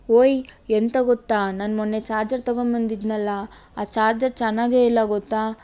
ಓಯ್ ಎಂತ ಗೊತ್ತ ನಾನು ಮೊನ್ನೆ ಚಾರ್ಜರ್ ತಗೊಬಂದಿದ್ನಲ್ಲಾ ಆ ಚಾರ್ಜರ್ ಚೆನ್ನಾಗೆ ಇಲ್ಲ ಗೊತ್ತಾ